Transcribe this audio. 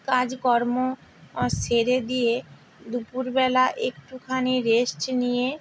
কাজকর্ম সেরে দিয়ে দুপুরবেলা একটুখানি রেস্ট নিয়ে